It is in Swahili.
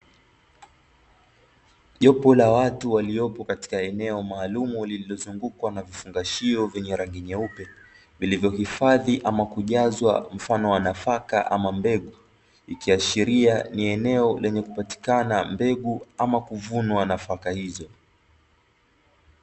Jopo la watu waliopo katika eneo maalumu lililozungukwa na vifungashio vyenye rangi nyeupe, vilivyohifadhi ama kujazwa mfano wa nafaka ama mbegu, ikiashiria ni eneo lenye kupatikana mbegu ama kuvunwa nafaka hizo.